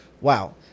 Wow